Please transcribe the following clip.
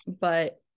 but-